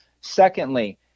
Secondly